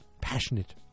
passionate